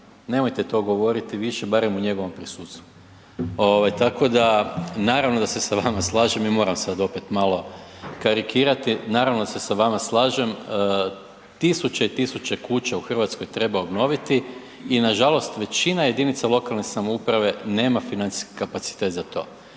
nemojte to govoriti više barem u njegovom prisustvu. Ovaj tako da naravno da se sa vama slažem i moram sad opet malo karikirati. Naravno da se sa vama slažem, tisuće i tisuće kuća u Hrvatskoj treba obnoviti i nažalost većina jedinica lokalne samouprave nema financijski kapacitet za to.